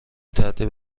ترتیب